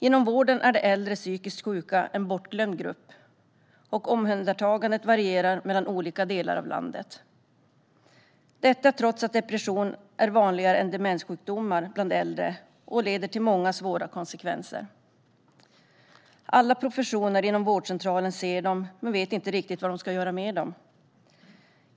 Inom vården är äldre psykiskt sjuka en bortglömd grupp, och omhändertagandet varierar mellan olika delar av landet - detta trots att depression är vanligare än demenssjukdomar bland äldre och leder till många svåra konsekvenser. Alla professioner inom vårdcentralen ser dem, men vet inte riktigt vad de ska göra med dem.